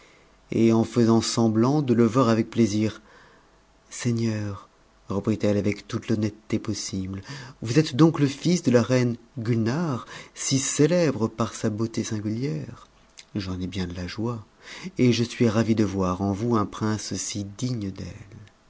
et en faisant semblant de le voir avec plaisir seigneur reprit etle avec toute l'honnêteté possible vous êtes donc le fils de la reine gulnare si célèbre par sa beauté singuuère j'en ai bien de la joie et je suis ravie de voir en vous un prince si digue d'elle